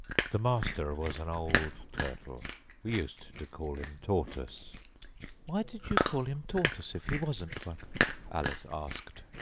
the master was an old turtle we used to call him tortoise why did you call him tortoise, if he wasn't one alice asked.